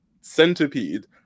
centipede